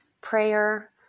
Prayer